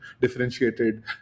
differentiated